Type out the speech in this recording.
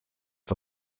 for